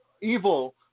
Evil